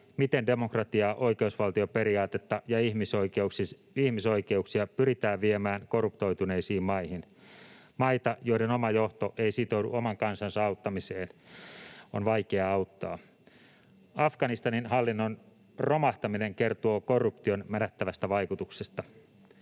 miten demokratiaa, oikeusvaltioperiaatetta ja ihmisoikeuksia pyritään viemään korruptoituneisiin maihin. Maita, joiden oma johto ei sitoudu oman kansansa auttamiseen, on vaikea auttaa. Afganistanin hallinnon romahtaminen kertoo korruption mädättävästä vaikutuksesta.